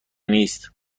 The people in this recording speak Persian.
نیست